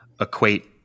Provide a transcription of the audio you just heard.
equate